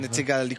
ואמרת את כאבה.